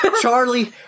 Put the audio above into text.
Charlie